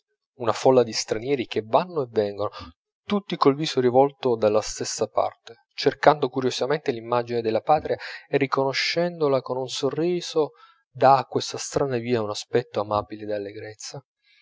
una folla di stranieri che vanno e vengono tutti col viso rivolto dalla stessa parte cercando curiosamente l'immagine della patria e riconoscendola con un sorriso dà a questa strana via un aspetto amabile